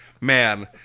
man